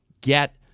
Get